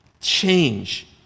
change